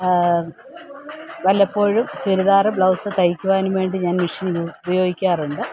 വല്ലപ്പോഴും ചുരിദാർ ബ്ലൗസ് തയ്ക്കുവാനും വേണ്ടി ഞാൻ മിഷീൻ ഉപയോഗിക്കാറുണ്ട്